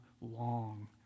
long